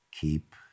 Keep